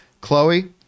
Chloe